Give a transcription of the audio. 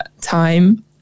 time